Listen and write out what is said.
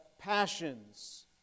passions